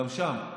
גם שם,